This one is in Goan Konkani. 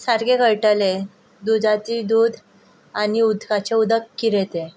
सारकें कळटले दुदाची दूद आनी उदकाचें उदक कितें तें